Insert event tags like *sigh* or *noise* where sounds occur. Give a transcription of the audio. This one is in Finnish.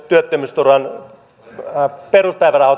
työttömyysturvan peruspäiväraha *unintelligible*